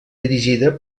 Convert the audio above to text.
dirigida